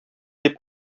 дип